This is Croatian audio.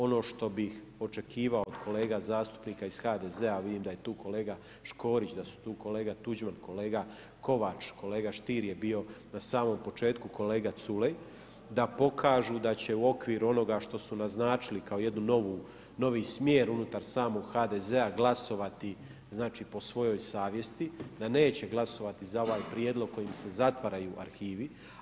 Ono što bih očekivao od kolega zastupnika iz HDZ-a, vidim da je tu kolega Škorić, da su tu kolega Tuđman, kolega Kovač, kolega Stier je bio na samom početku, kolega Culej, da pokažu da će u okvir onoga što su naznačili kao jednu novu, novi smjer unutar samog HDZ-a glasovati znači po svojoj savjesti, da neće glasovati za ovaj Prijedlog kojim se zatvaraju arhivi.